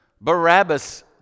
Barabbas